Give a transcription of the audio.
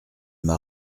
m’a